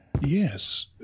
Yes